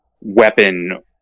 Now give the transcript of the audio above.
weapon